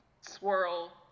swirl